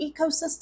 ecosystem